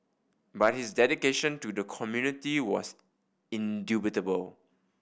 but his dedication to the community was indubitable